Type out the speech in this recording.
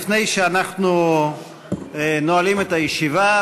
לפני שאנחנו נועלים את הישיבה,